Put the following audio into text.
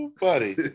buddy